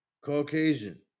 Caucasian